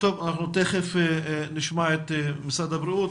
תכף נשמע את משרד הבריאות.